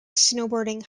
snowboarding